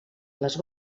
les